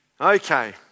okay